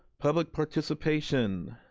public participation.